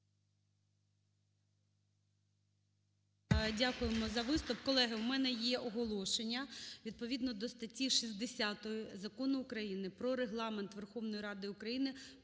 Дякуємо за виступ. Колеги, у мене є оголошення. Відповідно до статті 60 Закону України "Про Регламент Верховної Ради України"